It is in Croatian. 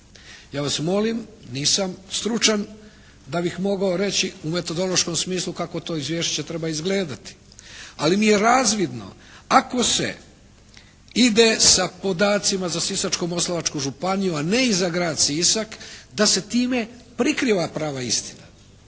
Ja vas molim, nisam stručan da bih mogao reći u metodološkom smislu kako to izvješće treba izgledati, ali mi je razvidno ako se ide sa podacima za Sisačko-moslavačku županiju, a ne i za grad Sisak da se time prikriva prava istina.